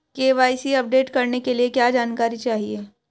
KYC update करने के लिए क्या जानकारी चाहिए?